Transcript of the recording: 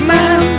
Man